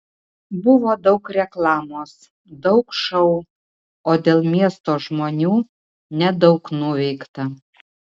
buvo daug reklamos daug šou o dėl miesto žmonių nedaug nuveikta